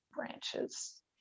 branches